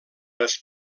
les